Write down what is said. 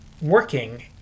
working